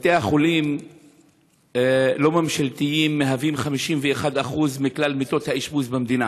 בבתי החולים הלא-ממשלתיים 51% מכלל מיטות האשפוז במדינה.